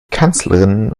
kanzlerin